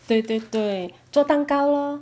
对对对做蛋糕 lor